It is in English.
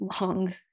long